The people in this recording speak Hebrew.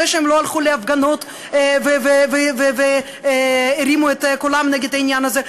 זה שהם לא הלכו להפגנות והרימו את קולם נגד העניין הזה,